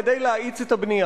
כדי להאיץ את הבנייה.